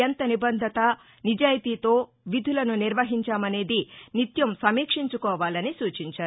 ఎంత నిబద్దత నిజాయితీతో విధులను నిర్వహించామనేది నిత్యం సమీక్షించుకోవాలని సూచించారు